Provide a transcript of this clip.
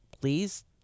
please